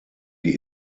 die